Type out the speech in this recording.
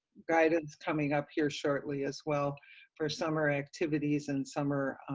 guidance coming up here shortly as well for summer activities and summer